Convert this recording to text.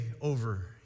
over